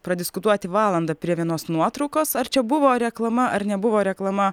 pradiskutuoti valandą prie vienos nuotraukos ar čia buvo reklama ar nebuvo reklama